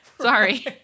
Sorry